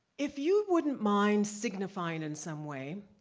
if you wouldn't mind signifying in some way,